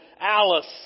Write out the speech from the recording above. Alice